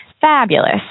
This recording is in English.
Fabulous